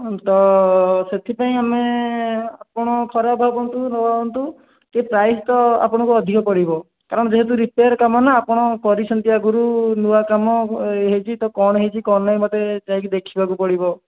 ତ ସେଥିପାଇଁ ଆମେ ଆପଣ ଖରାପ ଭାବନ୍ତୁ ନ ଭାବନ୍ତୁ ଟିକେ ପ୍ରାଇସ୍ ତ ଆପଣଙ୍କୁ ଅଧିକ ପଡ଼ିବ କାରଣ ଯେହେତୁ ରିପେଆର୍ କାମ ନା ଆପଣ କରିଛନ୍ତି ଆଗରୁ ନୂଆ କାମ ହେଇଛି ତ କ'ଣ ହେଇଛି କ'ଣ ନାହିଁ ମୋତେ ଯାଇ ଦେଖିବାକୁ ପଡ଼ିବ